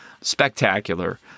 spectacular